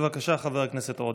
בבקשה, חבר הכנסת עודה.